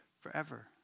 forever